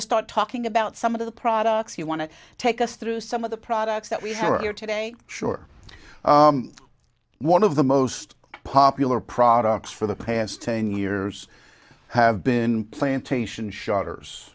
to start talking about some of the products you want to take us through some of the products that we have here today sure one of the most popular products for the past ten years have been plantation shutters